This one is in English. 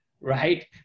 right